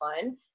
fun